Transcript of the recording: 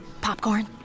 Popcorn